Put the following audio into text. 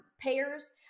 payers